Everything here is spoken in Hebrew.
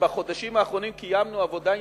ובחודשים האחרונים קיימנו עבודה אינטנסיבית,